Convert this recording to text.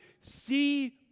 see